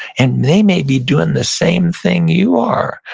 and they may be doing the same thing you are.